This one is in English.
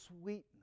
sweetness